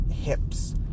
hips